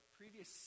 previous